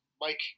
Mike